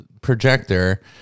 projector